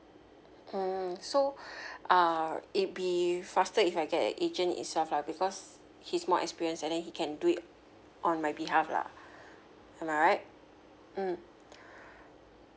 ah so uh it'll be faster if I get a agent itself lah because he's more experience and then he can do it on my behalf lah am I right mm